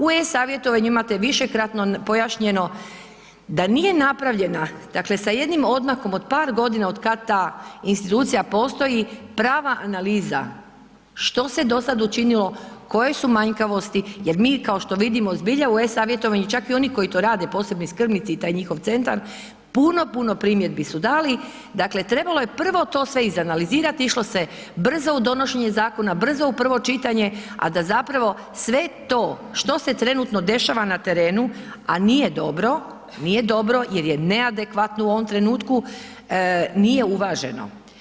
U e-savjetovanju imate višekratno pojašnjeno da nije napravljena, dakle sa jednim odmakom od par godina od kad ta institucija postoji, prava analiza što se dosad učinilo, koje su manjkavosti jer mi kao što vidimo zbilja u e-savjetovanju , čak i oni koji to rade, posebni skrbnici i taj njihov centar, puno, puno primjedbi su dali, dakle trebalo je prvo to sve izanalizirati, išlo se brzo u donošenje zakona, brzo u prvo čitanje a da zapravo sve to što se trenutno dešava na terenu a nije dobro, nije dobro jer je neadekvatno u ovom trenutku, nije uvaženo.